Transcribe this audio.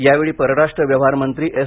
यावेळी परराष्ट्र व्यवहार मंत्री एस